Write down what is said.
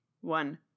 one